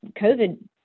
COVID